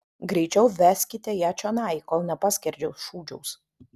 greičiau veskite ją čionai kol nepaskerdžiau šūdžiaus